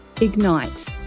Ignite